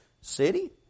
city